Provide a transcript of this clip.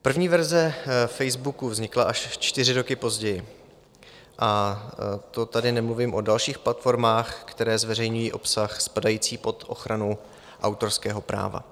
První verze Facebooku vznikla až o čtyři roky později, a to tady nemluvím o dalších platformách, které zveřejňují obsah spadající pod ochranu autorského práva.